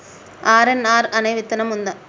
RNR అనే విత్తనం ఉందా?